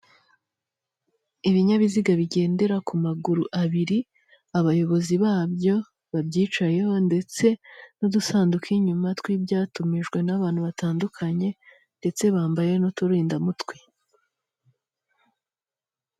Ibinyabiziga bigendera ku maguru abiri, abayobozi babyo babyicayeho ndetse n'udusanduku inyuma tw'ibyatumijwe n'abantu batandukanye, ndetse bambaye n'uturindamutwe.